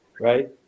Right